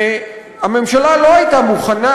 הממשלה לא הייתה מוכנה,